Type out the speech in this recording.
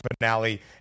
finale